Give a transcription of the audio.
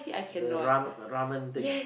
the ram~ the ramyeon thing